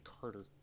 Carter